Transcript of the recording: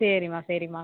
சரிம்மா சரிம்மா